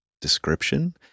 description